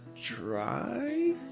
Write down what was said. try